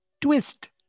twist